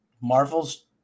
Marvel's